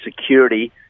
security